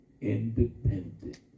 independent